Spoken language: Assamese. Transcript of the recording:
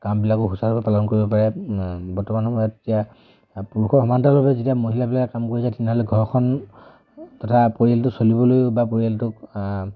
কামবিলাকো সুচাৰুৰূপে পালন কৰিব পাৰে বৰ্তমান সময়ত এতিয়া পুৰুষৰ সমান্তৰালভাৱে যেতিয়া মহিলাবিলাকে কাম কৰি যায় তেনেহ'লে ঘৰখন তথা পৰিয়ালটো চলিবলৈও বা পৰিয়ালটোক